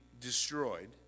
destroyed